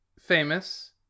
Famous